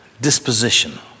disposition